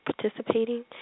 participating